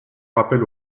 rappel